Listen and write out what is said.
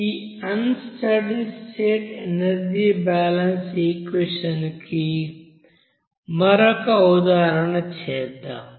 ఈ unsteady state energy balance equation మరో ఉదాహరణ చేద్దాం